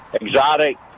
exotic